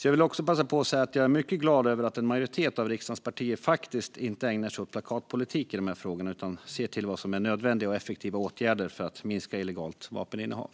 Jag vill också passa på att säga att jag är mycket glad över att en majoritet av riksdagens partier inte ägnar sig åt plakatpolitik i de här frågorna utan ser på vad som är nödvändiga och effektiva åtgärder för att minska illegalt vapeninnehav.